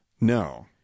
No